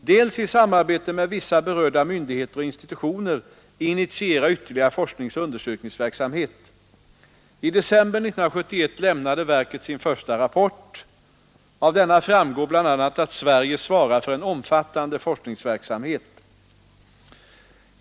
dels — i samarbete med vissa berörda myndigheter och institutioner - initiera ytterligare forskningsoch undersökningsverksamhet. I december 1971 lämnade verket sin första rapport. Av denna framgår bl.a. att Sverige svarar för en omfattande forskningsverksamhet.